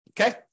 Okay